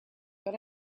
but